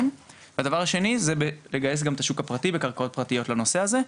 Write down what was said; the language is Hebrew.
והדבר השני זה גם לגייס את השוק הפרטי בקרקעות פרטיות למען הנושא הזה,